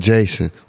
Jason